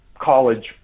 college